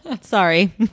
Sorry